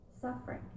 suffering